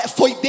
foi